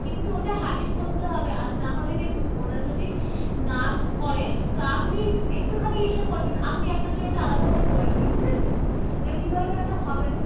কিন্তু ওটা হ্যাবিট করতে হবে আর নাহলে দেখুন ওরা যদি না করে তো আপনি একটুখানি ইসে করবেন আপনি আপনার জন্য ওটা আলাদা করে করে নেবেন বুঝেছেন তাহলে কীভাবে তাহলে হবে